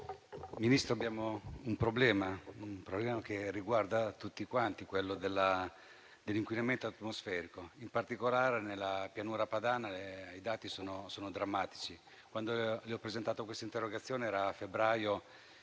Ministro, abbiamo un problema che riguarda tutti, quello dell'inquinamento atmosferico. In particolare, nella Pianura Padana i dati sono drammatici. Quando ho presentato questa interrogazione era febbraio